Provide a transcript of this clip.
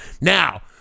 Now